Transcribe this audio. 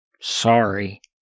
Sorry